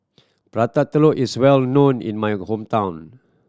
Prata Telur is well known in my hometown